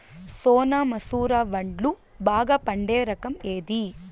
సోనా మసూర వడ్లు బాగా పండే రకం ఏది